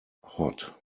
hot